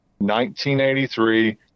1983